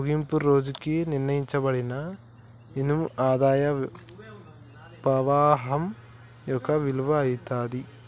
ముగింపు రోజుకి నిర్ణయింపబడిన ఇన్కమ్ ఆదాయ పవాహం యొక్క విలువ అయితాది